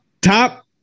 top